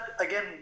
again